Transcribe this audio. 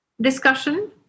discussion